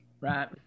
Right